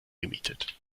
gemietet